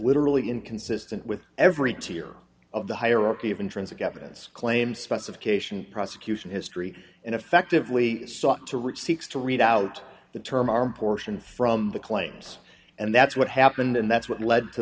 literally inconsistent with every tear of the hierarchy of intrinsic evidence claims specification prosecution history and effectively sought to reach seeks to read out the term arm portion from the claims and that's what happened and that's what led